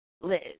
Liz